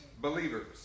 believers